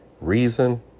Reason